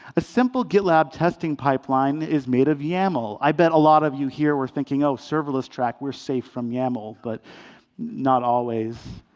a simple gitlab testing pipeline is made of yaml. i bet a lot of you here were thinking, oh, serverless track. we're safe from yaml, but not always.